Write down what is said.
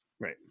right